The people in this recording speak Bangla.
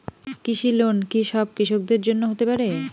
কৃষি লোন কি সব কৃষকদের জন্য হতে পারে?